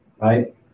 Right